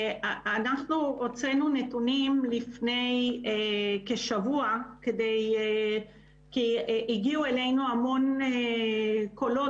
אנחנו הוצאנו נתונים לפני כשבוע כי הגיעו אלינו המון קולות,